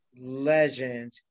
Legend